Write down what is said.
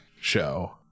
show